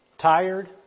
Tired